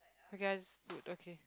I guess good okay